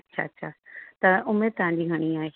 अछा अछा त उमिरि तव्हांजी घणी आहे